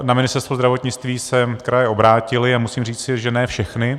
Na Ministerstvo zdravotnictví se kraje obrátily a musím říci, že ne všechny.